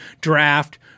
draft